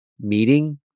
Meeting